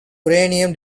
uranium